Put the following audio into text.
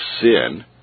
sin